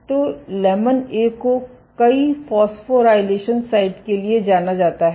तो lamin A को कई फॉस्फोराइलेशन साइट के लिए जाना जाता है